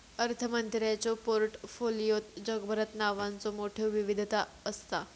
अर्थमंत्र्यांच्यो पोर्टफोलिओत जगभरात नावांचो मोठयो विविधता असता